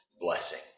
blessing